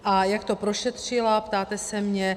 A jak to prošetřila, ptáte se mě.